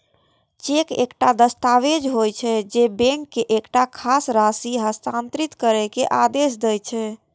cheque एकटा दस्तावेज होइ छै, जे बैंक के एकटा खास राशि हस्तांतरित करै के आदेश दै छै